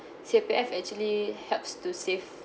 C_P_F actually helps to save